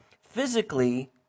Physically